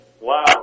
wow